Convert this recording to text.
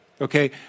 okay